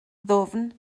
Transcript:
ddwfn